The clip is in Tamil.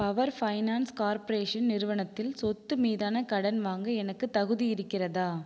பவர் ஃபைனான்ஸ் கார்பரேஷன் நிறுவனத்தில் சொத்து மீதான கடன் வாங்க எனக்குத் தகுதி இருக்கிறதா